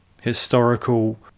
historical